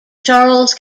charles